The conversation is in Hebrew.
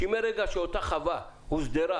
שמרגע שאותה חווה הוסדרה